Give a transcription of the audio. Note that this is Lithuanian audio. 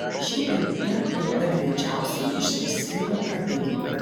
ši eilutė paimta greičiausiai iš eschilo tragedijų